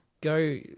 Go